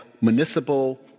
municipal